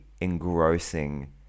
engrossing